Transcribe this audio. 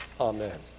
Amen